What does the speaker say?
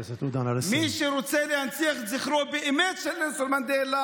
מי שרוצה באמת להנציח את זכרו של נלסון מנדלה